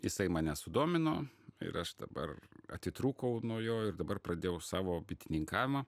jisai mane sudomino ir aš dabar atitrūkau nuo jo ir dabar pradėjau savo bitininkavimą